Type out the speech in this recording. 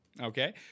Okay